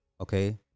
okay